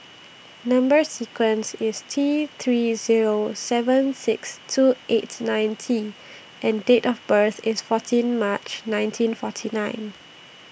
Number sequence IS T three Zero seven six two eight nine T and Date of birth IS fourteen March nineteen forty nine